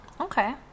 Okay